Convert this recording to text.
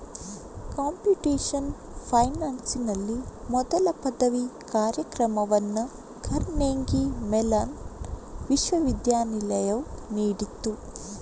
computational ಫೈನಾನ್ಸಿನಲ್ಲಿ ಮೊದಲ ಪದವಿ ಕಾರ್ಯಕ್ರಮವನ್ನು ಕಾರ್ನೆಗೀ ಮೆಲಾನ್ ವಿಶ್ವವಿದ್ಯಾಲಯವು ನೀಡಿತು